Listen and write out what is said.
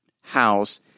house